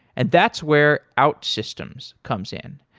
and that's where outsystems comes in.